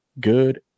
good